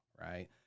Right